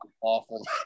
awful